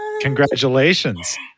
Congratulations